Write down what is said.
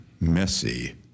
messy